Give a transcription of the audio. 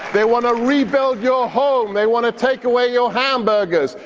they want to rebuild your home. they want to take away your hamburgers.